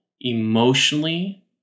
emotionally